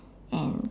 and